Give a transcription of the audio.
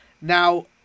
Now